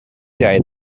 day